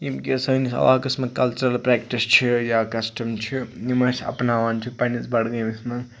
یِم کینٛہہ سٲنِس عَلاقَس مَنٛز کَلچرل پریٚکٹِس چھِ یا کَسٹَم چھِ یِم أسۍ اَپناوان چھِ پَننِس بَڈگٲمِس مَنٛز